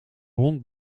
hond